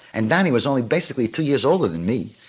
and danny was only basically three years older than me.